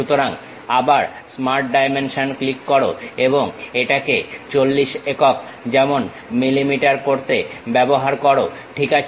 সুতরাং আবার smart dimension click করো এবং এটাকে 40 একক যেমন মিলিমিটার করতে ব্যবহার করো ঠিক আছে